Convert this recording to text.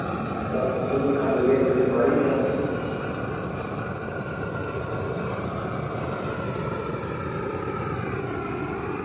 दस्स पंदरां दिन कम्म ऐ फिर में बाहरै ई जाना फिर